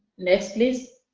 next please.